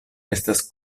estas